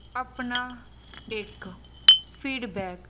ਆਪਣਾ ਇੱਕ ਫੀਡਬੈਕ